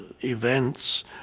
events